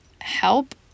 help